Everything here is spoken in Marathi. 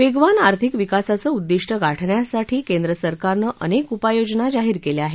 वेगवान आर्थिक विकासाचं उद्दिष्ट्य गाठण्यासाठी केंद्र सरकारनं अनेक उपाययोजना जाहीर केल्या आहेत